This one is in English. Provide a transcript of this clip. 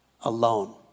alone